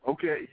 Okay